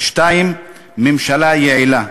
2. ממשלה יעילה,